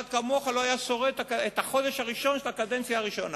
אחד כמוך לא היה שורד את החודש הראשון של הקדנציה הראשונה.